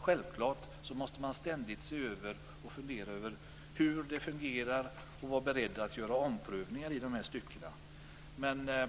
Självfallet måste man ständigt se över detta och fundera över hur det fungerar samt vara beredd att göra omprövningar i de här styckena.